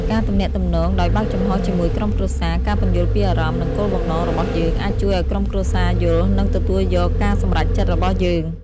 ការទំនាក់ទំនងដោយបើកចំហរជាមួយក្រុមគ្រួសារ ការពន្យល់ពីអារម្មណ៍ និងគោលបំណងរបស់យើង អាចជួយឱ្យក្រុមគ្រួសារយល់ និងទទួលយកការសម្រេចចិត្តរបស់យើង។